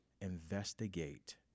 investigate